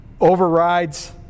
overrides